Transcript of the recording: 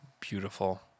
beautiful